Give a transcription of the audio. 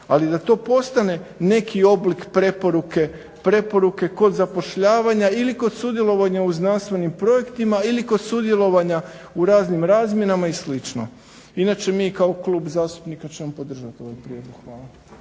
ali da to postane neki oblik preporuke kod zapošljavanja ili kod sudjelovanja u znanstvenima projektima ili kod sudjelovanja u raznim razmjenama i slično. Inače mi kao klub zastupnika ćemo podržati ovaj prijedlog. Hvala.